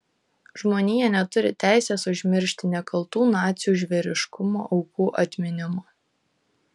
žmonija neturi teisės užmiršti nekaltų nacių žvėriškumo aukų atminimo